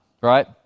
right